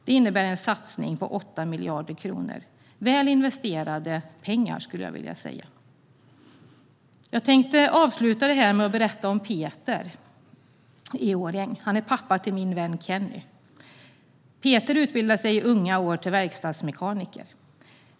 Det innebär en satsning på 8 miljarder kronor - väl investerade pengar, skulle jag vilja säga. Jag tänkte avsluta med att berätta om Peter i Årjäng. Han är pappa till min vän Kenny. Peter utbildade sig i unga år till verkstadsmekaniker.